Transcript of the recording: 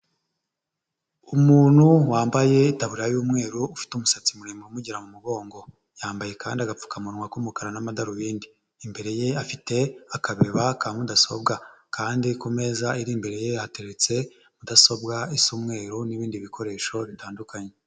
Umuntu wambaye itaburiya y'umweru ufite umusatsi muremure umugera mu mugongo, yambaye kandi agapfukamunwa k'umukara n'amadarubindi, imbere ye afite akabeba ka mudasobwa kandi ku meza ari imbere ye hateretse mudasobwa isa umweru n'ibindi bikoresho bitandukanye.